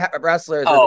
wrestlers